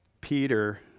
Peter